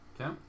Okay